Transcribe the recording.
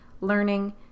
learning